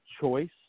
choice